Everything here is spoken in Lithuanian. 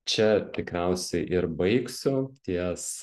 čia tikriausiai ir baigsiu ties